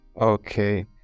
okay